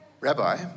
Rabbi